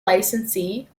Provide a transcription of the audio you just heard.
licensee